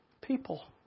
People